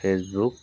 face book